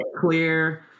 clear